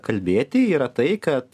kalbėti yra tai kad